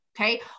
Okay